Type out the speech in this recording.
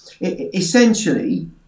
essentially